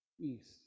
East